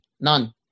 None